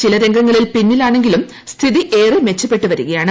ചില രംഗങ്ങളിൽ പിന്നിലാണെങ്കിലും സ്ഥിതി ഏറെ മെച്ചപ്പെട്ടുവരികയാണ്